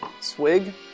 Swig